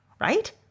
right